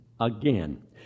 again